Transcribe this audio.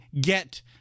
get